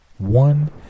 one